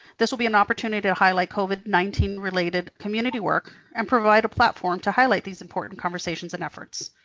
this will be an opportunity to highlight covid nineteen related community work and provide a platform to highlight these important conversations and efforts.